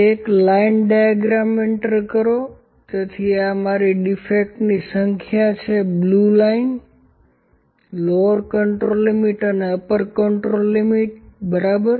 એક line diagram દાખલ કરો તેથી આ મારી ડીફેક્ટની સંખ્યા છે blue line lower control limit અને અપર કન્ટ્રોલ લિમિટ બરાબર